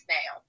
now